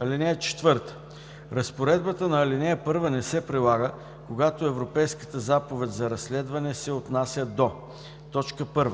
(4) Разпоредбата на ал. 1 не се прилага, когато Европейската заповед за разследване се отнася до: 1.